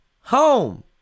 home